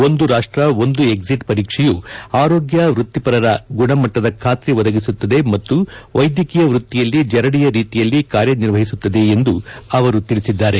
ಒಂದು ರಾಷ್ಟ್ರ ಒಂದು ಎಕ್ಸಿಟ್ ಪರೀಕ್ಷೆಯು ಆರೋಗ್ಯ ವೃತ್ತಿಪರರ ಗುಣಮಟ್ಟದ ಖಾತ್ರಿ ಒದಗಿಸುತ್ತದೆ ಮತ್ತು ವೈದ್ಯಕೀಯ ವೃತ್ತಿಯಲ್ಲಿ ಜರಡಿಯ ರೀತಿಯಲ್ಲಿ ಕಾರ್ಯ ನಿರ್ವಹಿಸುತ್ತದೆ ಎಂದೂ ಅವರು ತಿಳಿಸಿದ್ದಾರೆ